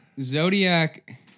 Zodiac